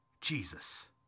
Jesus